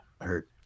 hurt